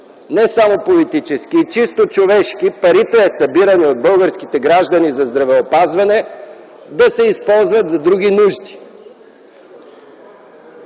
не само политически, чисто човешки, парите, събирани от българските граждани за здравеопазване, да се използват за други нужди.